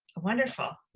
wonderful,